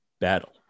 battle